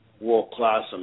world-class